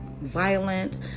violent